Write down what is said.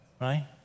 right